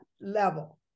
level